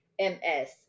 MS